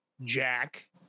Jack